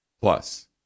Plus